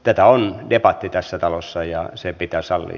tätä on debatti tässä talossa ja se pitää sallia